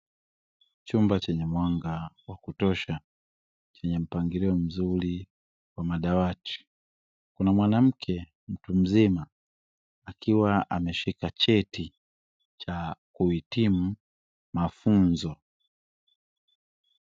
Chumba chenye mwanga wa kutosha chenye mpangilio mzuri wa madawati. Kuna mwanamke mzima akiwa ameshika cheti cha kuhitimu mafunzo.